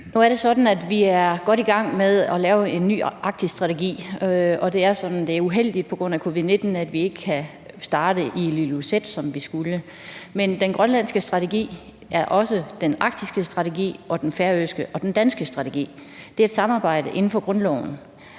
Nu er det sådan, at vi er godt i gang med at lave en ny arktisk strategi. Det er uheldigt, at vi på grund af covid-19 ikke kan starte i Ilulissat, som vi skulle. Men den grønlandske strategi er også den arktiske strategi og den færøske og den danske strategi. Det er et samarbejde inden for grundloven.